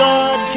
God